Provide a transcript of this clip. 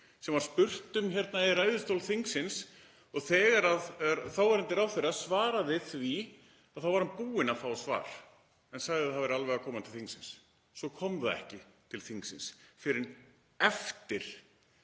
sem var spurt um hérna í ræðustól þingsins og þegar þáverandi ráðherra svaraði því þá var hann búinn að fá svar en sagði að það væri alveg að koma til þingsins. Svo kom það ekki til þingsins fyrr en eftir